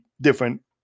different